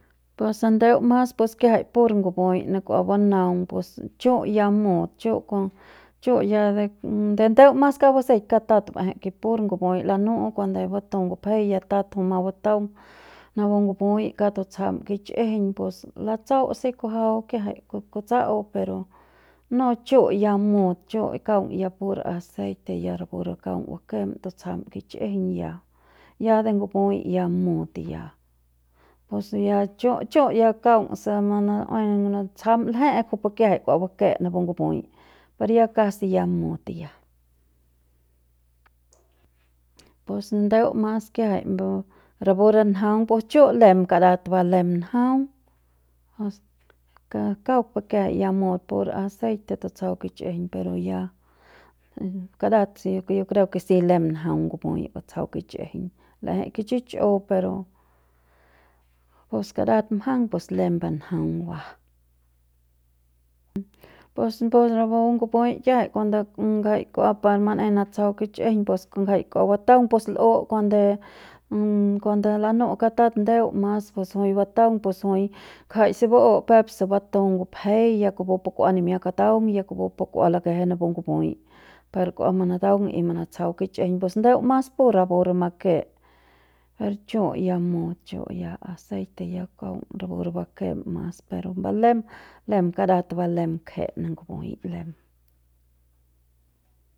Pues se ndeu mas pus kiajai pu ngup'ui ne kua banaung pus chu' ya mut chu' kon chu' ya de ndeu mas kauk baseik katat ba'ejei ker pu ngup'ui lanu'u cuando bat'ei batu ngupjei ya tat jui ma bataung napu ngup'ui kaung tutsjam kich'ijiñ pus latsau si kujuau kiajai ku kutsa'au pero no chu' ya mut chu' kaung ya pur aceite ya rapu re kaung bakem tutsjam kich'ijiñ ya, ya de ngup'ui ya mut ya pus ya chu' chu' ya kaung se munu'um munutsjam ngul'eje kujupu kiajai kua bake napu ngup'ui per ya casi ya mut ya pus ndeu mas kiajai mbu rapu re njaung pus chu lem karat ba lem njaung ka kauk pu kiajai ya mut pur aceite tutsjau kich'ijiñ pero ya kara yo creo ke si lem njaung ngup'ui batsjau kich'ijiñ l'ejei ke chichu pero pus karat mjang pus lembu njaung ba pus pu rapu ngup'ui kiajai cuando ngjai kiajai pa kua manaei natsjau kich'ijiñ ngjai kua bataung pus l'u kuande cuando lanu'u katat ndeu mas pus jui bataung pus jui jai se ba'u peuk se batu ngupjei ya kupu kua nimia kataung ya kupu kua lakeje napu ngup'ui par kua manataung y manatsjau kich'ijiñ pus ndeu mas pu rapu make per chu' ya mut chu' ya aceite ya kaung rapu re bakem mas per ba lem, lem kara lem ba kje ngup'ui lem.